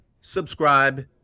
subscribe